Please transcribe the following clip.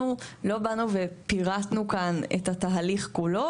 לא באנו ופירטנו כאן את התהליך כולו,